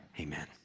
Amen